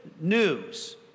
news